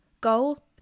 goal